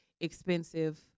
expensive